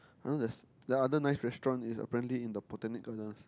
I know there's the other nice restaurant is apparently in the Botanic-Gardens